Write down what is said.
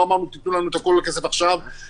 לא אמרנו: תיתנו לנו את כל הכסף עכשיו ונבצע,